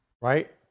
right